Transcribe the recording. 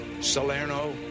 Salerno